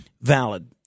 valid